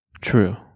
True